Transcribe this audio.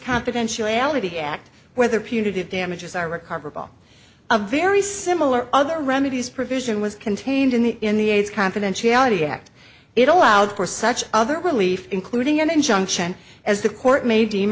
confidentiality act whether punitive damages are recovered a very similar other remedies provision was contained in the in the aids confidentiality act it allowed for such other relief including an injunction as the court may deem